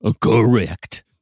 correct